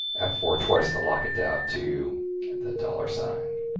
f four twice to lock it down to and the dollar sign.